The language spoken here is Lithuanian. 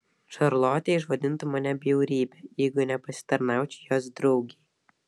šarlotė išvadintų mane bjaurybe jeigu nepasitarnaučiau jos draugei